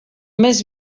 més